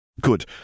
Good